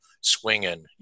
swinging